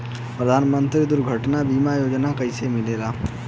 प्रधानमंत्री दुर्घटना बीमा योजना कैसे मिलेला?